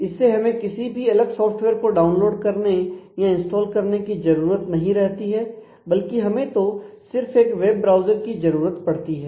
इससे हमें किसी भी अलग सॉफ्टवेयर को डाउनलोड करने या इंस्टॉल करने की जरूरत नहीं रहती है बल्कि हमें तो सिर्फ एक वेब ब्राउजर की जरूरत पड़ती है